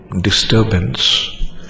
disturbance